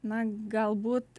na galbūt